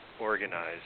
organized